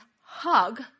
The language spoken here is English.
hug